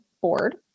board